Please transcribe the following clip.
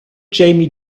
jamie